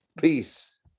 peace